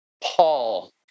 Paul